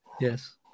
Yes